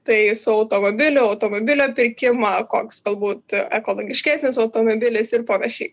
tai su automobiliu automobilio pirkimą koks galbūt ekologiškesnis automobilis ir panašiai